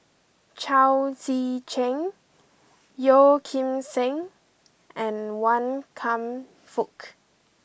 Chao Tzee Cheng Yeo Kim Seng and Wan Kam Fook